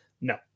no